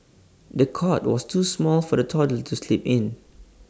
the cot was too small for the toddler to sleep in